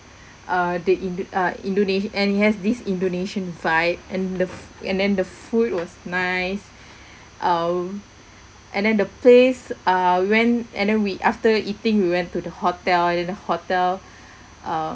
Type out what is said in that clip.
uh the indon~ uh indones~ and it has this indonesian vibe and the f~ and then the food was nice oh and then the place uh we went and then we after eating we went to the hotel and the hotel uh